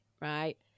right